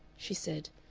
she said,